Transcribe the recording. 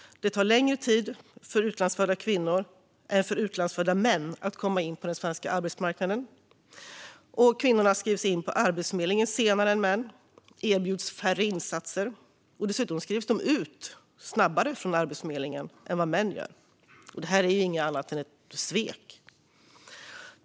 Det tar längre tid för utlandsfödda kvinnor än för utlandsfödda män att komma in på den svenska arbetsmarknaden. Kvinnorna skrivs in på Arbetsförmedlingen senare än männen och erbjuds färre insatser. Dessutom skrivs de i genomsnitt ut från Arbetsförmedlingen snabbare än män. Det är inget annat än ett svek.